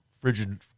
frigid